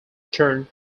turned